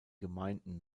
gemeinden